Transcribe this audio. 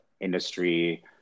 industry